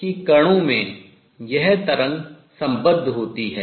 यह है कि कणों में यह तरंग संबद्ध होती है